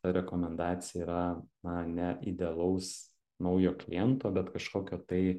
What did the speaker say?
ta rekomendacija yra na ne idealaus naujo kliento bet kažkokio tai